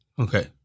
Okay